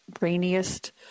rainiest